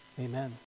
Amen